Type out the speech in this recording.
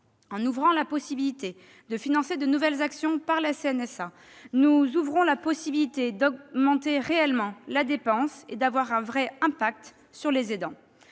En ouvrant la possibilité de financer de nouvelles actions par la CNSA, nous ouvrons la possibilité d'augmenter réellement la dépense et d'avoir un vrai impact sur les aidants.